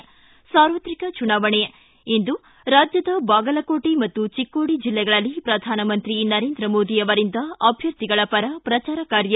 ಿ ಸಾರ್ವತ್ರಿಕ ಚುನಾವಣೆ ಇಂದು ರಾಜ್ಯದ ಬಾಗಲಕೋಟೆ ಮತ್ತು ಚಿಕ್ಕೋಡಿ ಜಿಲ್ಲೆಗಳಲ್ಲಿ ಪ್ರಧಾನಮಂತ್ರಿ ನರೇಂದ್ರ ಮೋದಿ ಅವರಿಂದ ಅಭ್ಯರ್ಥಿಗಳ ಪರ ಪ್ರಚಾರ ಕಾರ್ಯ